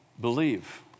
believe